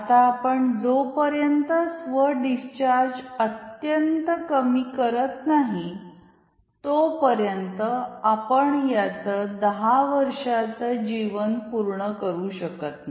आता आपण जॊपर्यन्त स्व डिस्चार्ज अत्यंत कमी करत नाहीतोपर्यंत आपण याचे 10 वर्षांच्चॆ जीवन पूर्ण करू शकत नाही